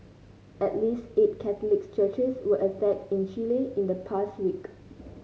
at least eight Catholic churches were attacked in Chile in the past week